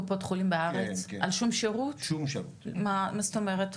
מה זאת אומרת?